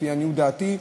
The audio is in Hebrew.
לפי עניות דעתי,